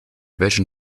welchen